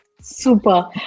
Super